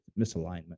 misalignment